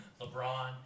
LeBron